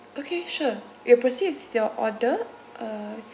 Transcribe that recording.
okay sure we'll proceed with your order uh